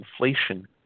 inflation